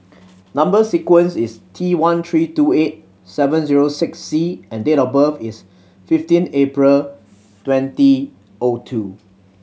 number sequence is T one three two eight seven zero six C and date of birth is fifteen April twenty O two